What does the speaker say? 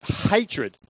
hatred